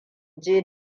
je